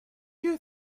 you